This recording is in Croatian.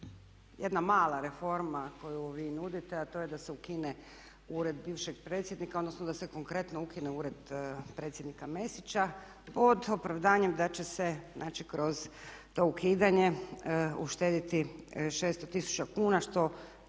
jedna mala reforma koju vi nudite a to je da se ukine ured bivšeg predsjednika, odnosno da se konkretno ukine ured predsjednika Mesića pod opravdanjem da će se znači kroz to ukidanje uštediti 600 tisuća kuna što